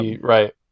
Right